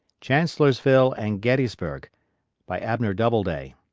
chancellorsville and gettysburg by abner doubleday